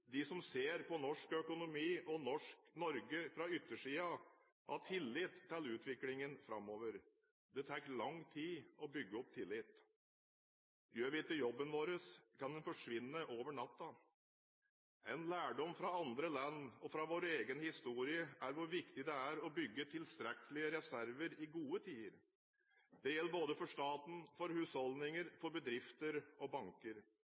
de som ser på Norge og norsk økonomi fra utsiden, ha tillit til utviklingen framover. Det tar lang tid å bygge opp tillit. Gjør vi ikke jobben vår, kan den forsvinne over natta. En lærdom fra andre land og fra vår egen historie er hvor viktig det er å bygge opp tilstrekkelige reserver i gode tider. Det gjelder både for staten, for husholdninger, for bedrifter og for banker.